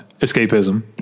escapism